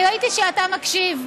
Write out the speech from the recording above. אני ראיתי שאתה מקשיב.